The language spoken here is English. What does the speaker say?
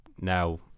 now